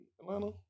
Atlanta